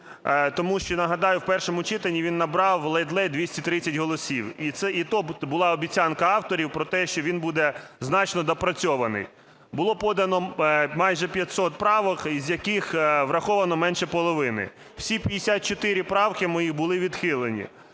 тому що, нагадаю, в першому читанні він набрав ледь-ледь 230 голосів і то була обіцянка авторів про те, що він буде значно доопрацьований. Було подано майже 500 правок, з яких враховано менше половини. Всі 54 правки мої були відхилені.